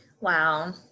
Wow